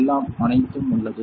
எல்லாம் அனைத்தும் உள்ளது